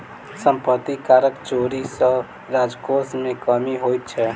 सम्पत्ति करक चोरी सॅ राजकोश मे कमी होइत छै